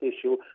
issue